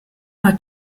hat